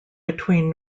between